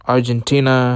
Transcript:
Argentina